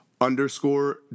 underscore